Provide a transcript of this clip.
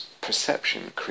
perception